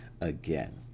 again